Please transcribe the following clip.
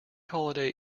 holiday